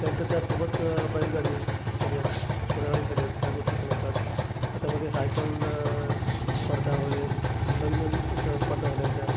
त्यानंतर त्यासोबत बैलगाडी शर्यत घोडागाडी शर्यत ह्या गोष्टी पण होतात आता मध्ये सायकल स्पर्धा वगैरे नवीननवीन एक स्पर्धा झाल्या होत्या